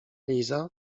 liza